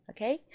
Okay